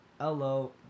Hello